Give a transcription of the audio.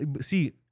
see